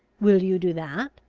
will you do that?